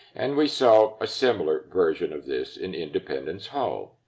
and we saw a similar version of this in independence hall.